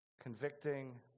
convicting